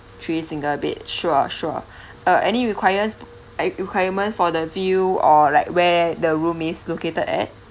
three single bed sure sure uh any requires uh requirement for the view or like where the room is located at